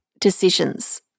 decisions